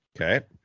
okay